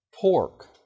pork